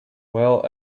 well